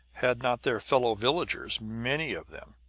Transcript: had not their fellow villagers, many of them,